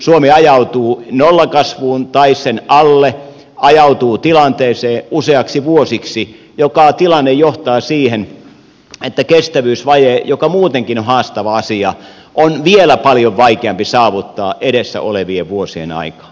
suomi ajautuu nollakasvuun tai sen alle ajautuu tilanteeseen useiksi vuosiksi mikä tilanne johtaa siihen että kestävyysvaje joka muutenkin on haastava asia on vielä paljon vaikeampi saavuttaa edessä olevien vuosien aikaan